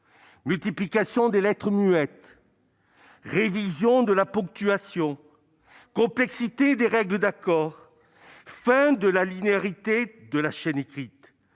multiplication des lettres muettes, la révision de la ponctuation, la complexité des règles d'accord, la fin de la linéarité de la chaîne écrite